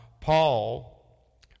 Paul